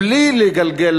בלי לגלגל,